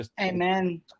Amen